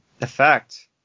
effect